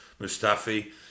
Mustafi